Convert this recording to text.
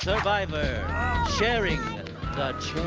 survivor sharing